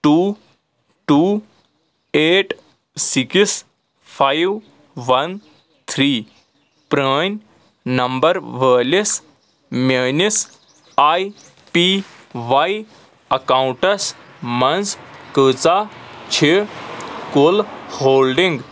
two two eight six five one three PAN number وٲلِس میٛٲنِس I P Y accounts منٛز کۭژاہ چھِ کُل ہولڈِنٛگ